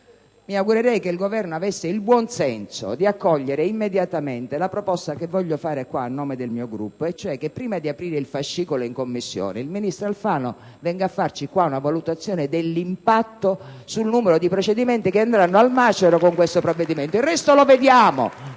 mi augurerei che il Governo avesse il buonsenso di accogliere immediatamente la proposta che voglio fare in questa sede a nome del mio Gruppo, e cioè che, prima di aprire il fascicolo in Commissione, il ministro Alfano venga in Parlamento a farci una valutazione del numero di procedimenti che andranno al macero con questo provvedimento. *(Applausi dal